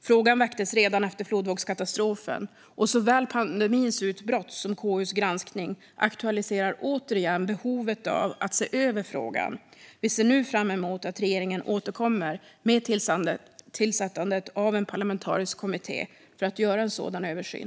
Frågan väcktes redan efter flodvågskatastrofen, och såväl pandemins utbrott som KU:s granskning aktualiserar återigen behovet av att se över frågan. Vi ser nu fram emot att regeringen återkommer med tillsättandet av en parlamentarisk kommitté för att göra en sådan översyn.